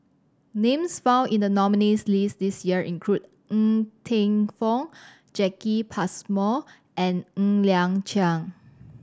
names found in the nominees' list this year include Ng Teng Fong Jacki Passmore and Ng Liang Chiang